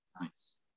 Nice